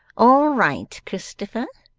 all right, christopher.